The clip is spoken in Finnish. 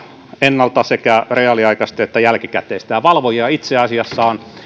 ennalta sekä reaaliaikaista että jälkikäteistä ja valvojia itse asiassa ovat